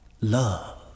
love